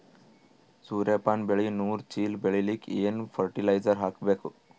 ಸೂರ್ಯಪಾನ ಬೆಳಿ ನೂರು ಚೀಳ ಬೆಳೆಲಿಕ ಏನ ಫರಟಿಲೈಜರ ಹಾಕಬೇಕು?